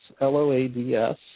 L-O-A-D-S